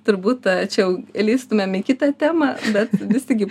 turbūt tačiau lįstumėm į kitą temą bet visi gi